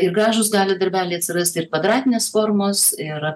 ir gražūs gali darbeliai atsirasti ir kvadratinės formos ir